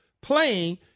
playing